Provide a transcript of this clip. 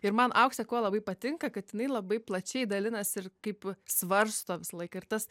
ir man auksė kuo labai patinka kad jinai labai plačiai dalinasi ir kaip svarsto visąlaik ir tas